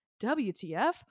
WTF